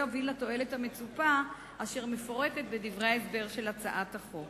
לתועלת המצופה אשר מפורטת בדברי ההסבר של הצעת החוק.